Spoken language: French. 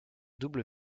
double